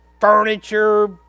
furniture